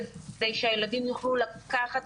כדי שהילדים יוכלו לקחת